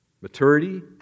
maturity